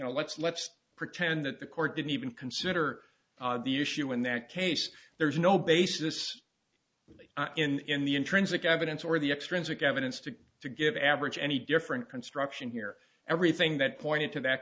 know let's let's pretend that the court didn't even consider the issue in that case there's no basis in the intrinsic evidence or the extrinsic evidence to to give average any different construction here everything that pointed to that